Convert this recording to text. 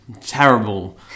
terrible